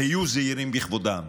היו זהירים בכבודם.